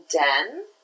Den